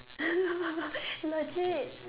legit